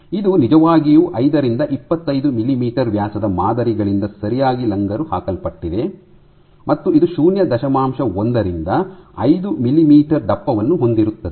ಇದು ನಿಜವಾಗಿಯೂ ಐದರಿಂದ ಇಪ್ಪತೈದು ಮಿಲಿಮೀಟರ್ ವ್ಯಾಸದ ಮಾದರಿಗಳಿಂದ ಸರಿಯಾಗಿ ಲಂಗರು ಹಾಕಲ್ಪಟ್ಟಿದೆ ಮತ್ತು ಇದು ಶೂನ್ಯ ದಶಮಾಂಶ ಒಂದರಿಂದ ಐದು ಮಿಲಿಮೀಟರ್ ದಪ್ಪವನ್ನು ಹೊಂದಿರುತ್ತದೆ